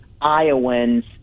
Iowans